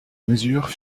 mesures